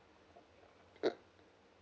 mm